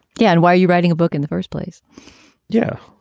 yeah. and why are you writing a book in the first place yeah,